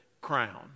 crown